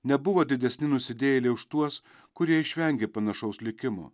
nebuvo didesni nusidėjėliai už tuos kurie išvengė panašaus likimo